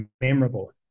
memorable